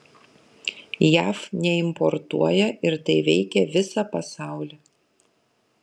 jav neimportuoja ir tai veikia visą pasaulį